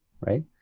Right